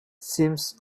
seems